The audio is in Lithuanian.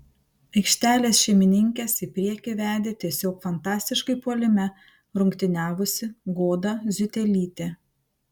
aikštelės šeimininkes į priekį vedė tiesiog fantastiškai puolime rungtyniavusi goda ziutelytė